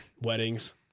weddings